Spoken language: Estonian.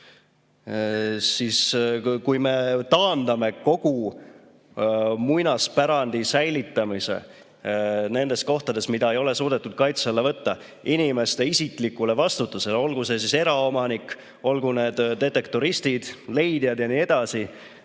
Kui me taandame kogu muinaspärandi säilitamise nendes kohtades, mida ei ole suudetud kaitse alla võtta, inimeste isiklikule vastutusele, olgu nad eraomanikud, olgu nad detektoristid, leidjad jne,